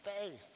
faith